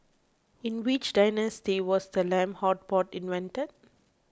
in which dynasty was the lamb hot pot invented